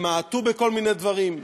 תמעטו בכל מיני דברים.